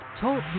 Talk